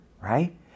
right